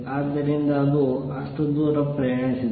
ಆದ್ದರಿಂದ ಅದು ಅಷ್ಟು ದೂರ ಪ್ರಯಾಣಿಸಿದೆ